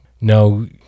no